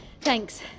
Thanks